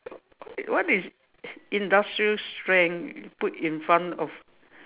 what is industrial strength put in front of